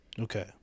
Okay